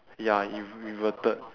ya in~ reverted